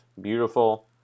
beautiful